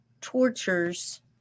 tortures